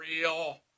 real